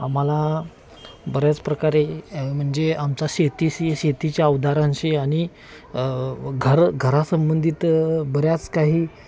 आम्हाला बऱ्याच प्रकारे म्हणजे आमचा शेतीशी शेतीच्या अवजारांशी आणि घर घरा संंबंधित बऱ्याच काही